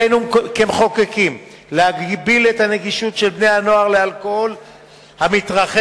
עלינו כמחוקקים להגביל את הנגישות המתרחבת של אלכוהול לבני-הנוער.